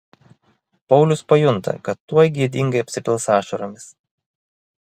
paulius pajunta kad tuoj gėdingai apsipils ašaromis